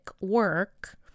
work